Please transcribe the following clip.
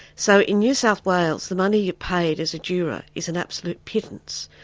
so in new south wales the money you're paid as a juror, is an absolute pittance.